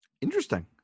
Interesting